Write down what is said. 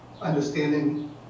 understanding